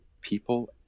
people